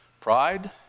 Pride